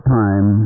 time